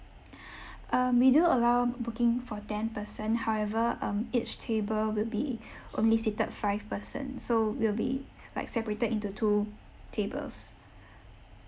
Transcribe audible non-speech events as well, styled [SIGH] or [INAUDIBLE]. [BREATH] um we do allow booking for ten person however um each table will be only seated five person so will be like separated into two tables